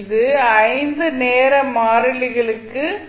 அது 5 நேர மாறிலிகளுக்குப்